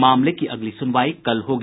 मामले की अगली सुनवाई कल होगी